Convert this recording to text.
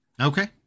Okay